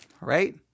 right